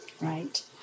right